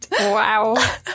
wow